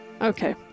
Okay